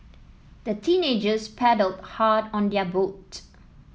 the teenagers paddled hard on their boat